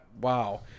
Wow